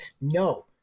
No